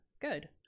good